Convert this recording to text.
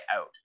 out